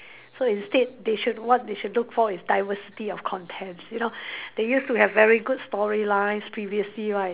so instead they should what they should look for is diversity of contents you know they use to have very good storylines previously right